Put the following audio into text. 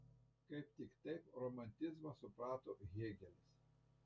kaip tik taip romantizmą suprato hėgelis